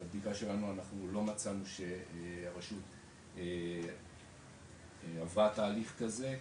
בבדיקה שלנו אנחנו לא מצאנו שהרשות עברה תהליך כזה,